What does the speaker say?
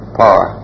power